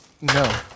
no